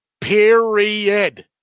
Period